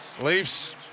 Leafs